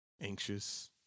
Anxious